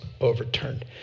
overturned